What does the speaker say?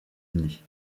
unis